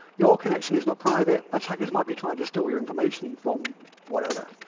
your connection is not private. attackers might be trying to steal your information from, whatever.